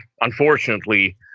unfortunately